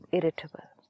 Irritable